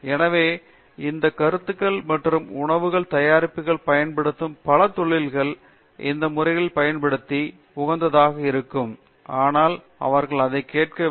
பேராசிரியர் அரிந்தமா சிங் எனவே இந்த கருத்துகள் மற்றும் உணவுகள் தயாரிப்புகளை பயன்படுத்தும் பல தொழில்கள் இந்த முறைகளைப் பயன்படுத்தி உகந்ததாக இருக்கும் ஆனால் அவர்கள் அதை கேட்கவில்லை